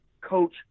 coach